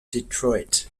detroit